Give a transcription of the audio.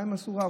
מה הן עשו רע?